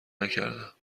نکردم